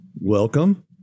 Welcome